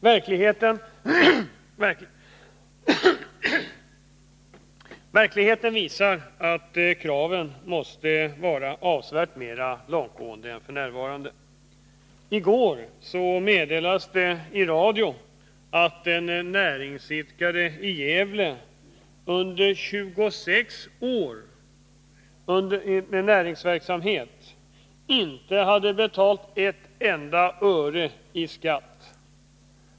Verkligheten visar att kraven måste vara avsevärt mer långtgående än Tv I går meddelades det i radio att en näringsidkare i Gävle under 26 år bedrivit näringsverksamhet utan att ha betalt ett enda öre i skatt.